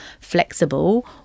flexible